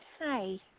Hi